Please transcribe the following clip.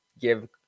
give